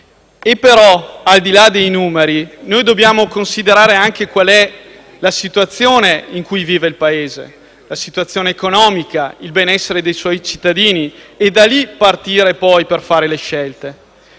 Tuttavia, al di là dei numeri, dobbiamo considerare la situazione in cui vive il Paese. La situazione economica, il benessere dei suoi cittadini e, da lì, partire per fare le scelte.